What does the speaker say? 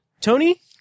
Tony